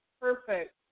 perfect